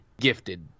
gifted